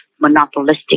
monopolistic